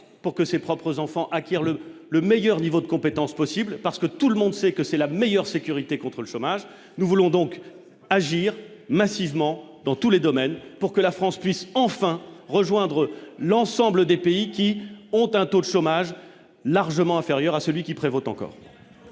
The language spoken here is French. pour que ses propres enfants acquièrent le le meilleur niveau de compétences possible parce que tout le monde sait que c'est la meilleure sécurité contre le chômage, nous voulons donc agir massivement dans tous les domaines pour que la France puisse enfin rejoindre l'ensemble des pays qui ont un taux de chômage largement inférieur à celui qui prévoit encore.